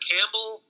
Campbell